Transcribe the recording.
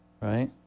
right